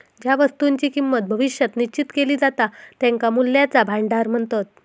ज्या वस्तुंची किंमत भविष्यात निश्चित केली जाता त्यांका मूल्याचा भांडार म्हणतत